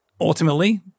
ultimately